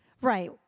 Right